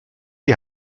die